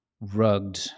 rugged